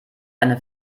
eine